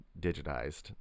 digitized